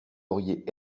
auriez